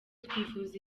twifuza